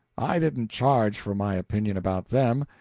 i didn't charge for my opinion about them,